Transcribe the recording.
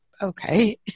okay